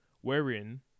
wherein